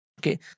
Okay